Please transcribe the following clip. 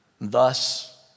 Thus